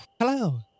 Hello